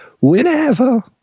whenever